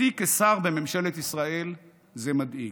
אותי כשר בממשלת ישראל זה מדאיג.